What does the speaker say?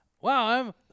Wow